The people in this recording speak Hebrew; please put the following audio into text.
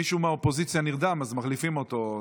מישהו מהאופוזיציה נרדם אז מחליפים אותו,